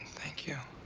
thank you.